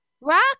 rock